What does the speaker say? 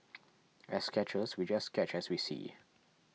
as sketchers we just sketch as we see